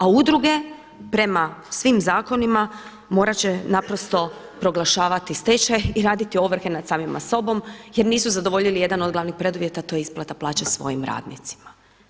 A udruge prema svim zakonima morat će naprosto proglašavati stečaj i raditi ovrhe nad samima sobom jer nisu zadovoljili jedan od glavnih preduvjeta, a to je isplata plaće svojim radnicima.